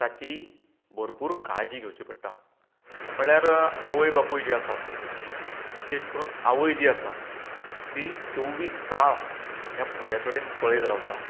ताची भरपूर काळजी घेवची पडटा म्हळ्यार आवय बापूय जे आसात विशेश करून आवय जी आसा ती चोवीस तास त्या भुरग्या कडेन पळयत रावता